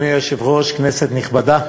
אדוני היושב-ראש, כנסת נכבדה,